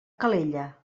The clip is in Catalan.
calella